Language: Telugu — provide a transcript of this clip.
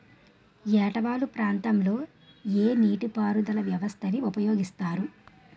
ఏట వాలు ప్రాంతం లొ ఏ నీటిపారుదల వ్యవస్థ ని ఉపయోగిస్తారు?